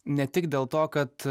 ne tik dėl to kad